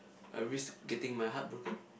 I risk getting my heart broken